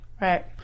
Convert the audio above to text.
Right